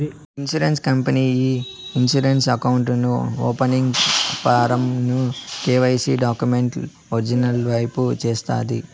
insurance company ఈ insurance account opening form ను KYC డాక్యుమెంట్లు ఒరిజినల్ వెరిఫై చేస్తాది